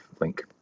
link